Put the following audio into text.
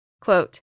Quote